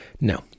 No